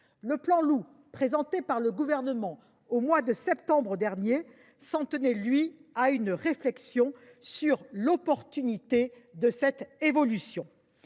ou plan Loup, présenté par le Gouvernement au mois de septembre dernier, s’en tenait, quant à lui, au lancement d’une réflexion sur l’opportunité de cette évolution.